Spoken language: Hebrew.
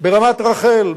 ברמת-רחל,